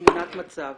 תמונת מצב.